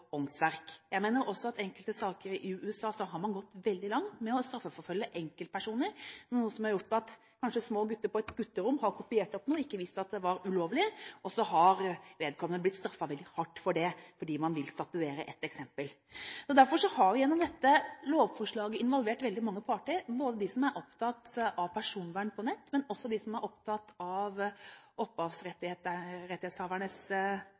Jeg mener også at i enkelte saker i USA har man gått veldig langt i å straffeforfølge enkeltpersoner. Små gutter på et gutterom har kanskje kopiert noe og ikke visst at det var ulovlig, og så har vedkommende blitt straffet veldig hardt for det, fordi man vil statuere et eksempel. Derfor har vi gjennom dette lovforslaget involvert mange parter, både de som er opptatt av personvern på nett, og de som er opptatt av